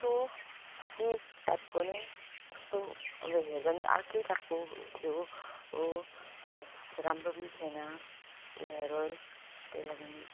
कस्तो चिप टाइपको नै कस्तो अब हेर्दा नि अर्कै टाइपको थियो हो प्लस राम्रो पनि थिएन त्यो हेयर अइल त्यही लागिन्